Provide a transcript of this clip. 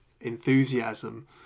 enthusiasm